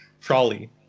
trolley